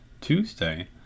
Tuesday